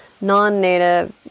non-native